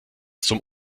zum